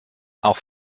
auch